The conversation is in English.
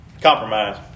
Compromise